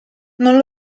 non